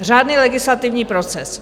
Řádný legislativní proces.